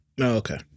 Okay